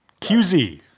QZ